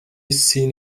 sin